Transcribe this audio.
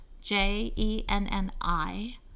J-E-N-N-I